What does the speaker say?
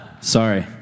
Sorry